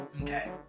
Okay